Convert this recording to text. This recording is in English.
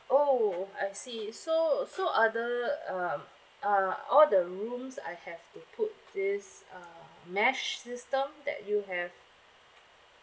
oh I see so so are the um are all the rooms I have to put this uh mesh system that you have